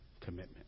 commitment